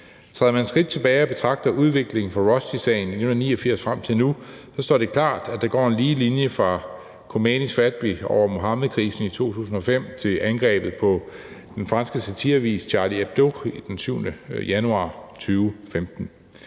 Træder man et skridt tilbage og betragter udviklingen fra Rushdiesagen i 1989 frem til nu, står det klart, at der går en lige linje fra Khomeinis fatwa over Muhammedkrisen i 2005 til angrebet på den franske satireavis Charlie Hebdo den 7. januar 2015.